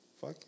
Fuck